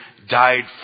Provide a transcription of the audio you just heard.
died